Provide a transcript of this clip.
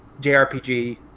jrpg